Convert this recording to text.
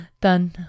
Done